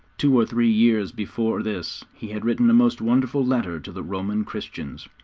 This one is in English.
two or three years before this he had written a most wonderful letter to the roman christians.